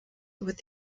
with